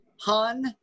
Han